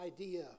idea